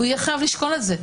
הוא יהיה חייב לשקול את זה.